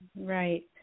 Right